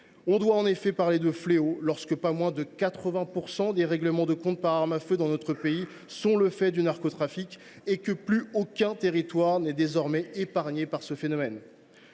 Il faut en effet parler de fléau quand pas moins de 80 % des règlements de compte par armes à feu dans notre pays sont le fait du narcotrafic. Désormais, plus aucun territoire n’est désormais épargné. Le Premier